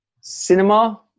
cinema